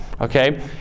Okay